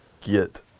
get